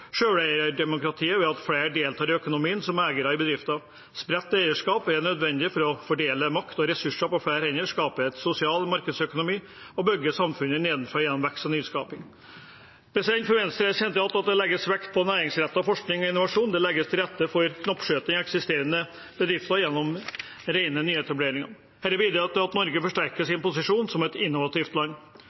selveierdemokratiet ved at flere deltar i økonomien som eiere i bedrifter. Spredt eierskap er nødvendig for å fordele makt og ressurser på flere hender, skape en sosial markedsøkonomi og bygge samfunnet nedenfra gjennom vekst og nyskaping. For Venstre er det sentralt at det legges vekt på næringsrettet forskning og innovasjon. Det legges til rette for knoppskyting i eksisterende bedrifter gjennom rene nyetableringer. Dette bidrar til at Norge forsterker sin posisjon som et innovativt land.